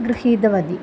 गृहीतवती